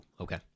okay